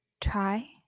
try